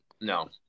No